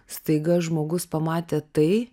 staiga žmogus pamatė tai